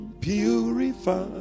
Purify